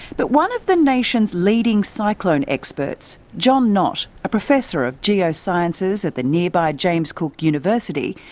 but one of the nation's leading cyclone experts jon nott, a professor of geosciences at the nearby james cook university,